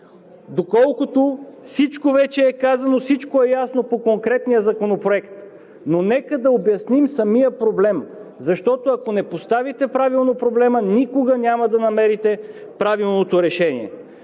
доколкото всичко вече е казано, всичко е ясно по конкретния законопроект, но нека да обясним самия проблем, защото, ако не поставите правилно проблема, никога няма да намерите правилното решение.